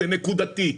זה נקודתי,